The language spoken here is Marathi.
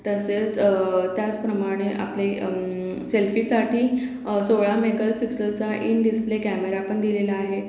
तसेस त्याचप्रमाणे आपले सेल्फीसाठी सोळा मेकल फिक्सलचा इन डिस्प्ले कॅमेरापण दिलेला आहे